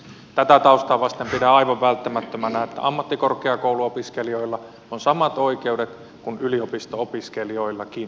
tätä taustaa vasten pidän aivan välttämättömänä että ammattikorkeakouluopiskelijoilla on samat oikeudet kuin yliopisto opiskelijoillakin